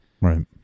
Right